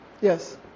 Yes